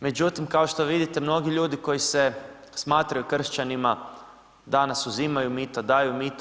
Međutim, kao što vidite, mnogi ljudi koji se smatraju kršćanima danas uzimaju mito, daju mito.